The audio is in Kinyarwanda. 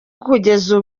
kugeza